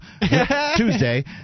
tuesday